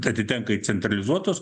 atitenka į centralizuotus